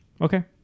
Okay